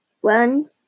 One